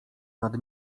nad